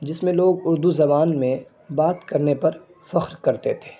جس میں لوگ اردو زبان میں بات کرنے پر فخر کرتے تھے